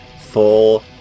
full